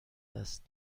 است